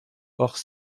hors